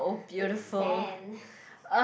with the sand